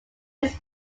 his